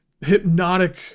hypnotic